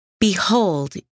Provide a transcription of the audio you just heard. Behold